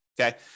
Okay